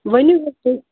ؤنِو حظ تُہۍ